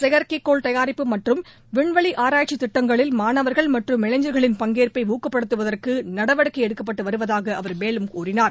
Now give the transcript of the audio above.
செயற்கை கோள் தயாரிப்பு மற்றும் விண்வெளி ஆராய்ச்சித் திட்டங்களில் மாணவர்கள் மற்றும் இளைஞர்களின் பங்கேற்பை ஊக்கப்படுத்துவதற்கு நடவடிக்கை எடுக்கப்பட்டு வருவதாக அவர் மேலும் தெரிவித்தார்